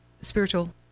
spiritual